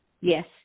Yes